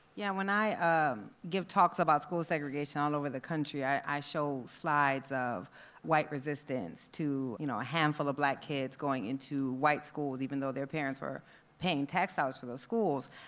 yeah, when i um give talks about school segregation all over the country, i show slides of white resistance to you know a handful of black kids going to into white schools even though their parents were paying tax dollars for those schools.